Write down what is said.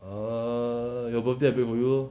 err your birthday I bake for you lor